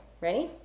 Ready